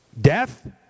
Death